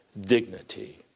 dignity